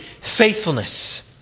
faithfulness